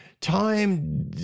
time